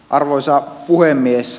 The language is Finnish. arvoisa puhemies